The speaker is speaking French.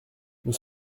nous